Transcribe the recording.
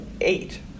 eight